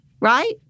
right